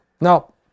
Now